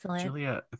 Julia